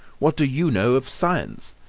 what do you know of science?